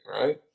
right